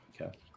Okay